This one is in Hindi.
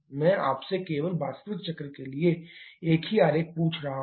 मैं आपसे केवल वास्तविक चक्र के लिए एक ही आरेख पूछ रहा हूं